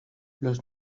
los